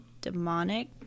demonic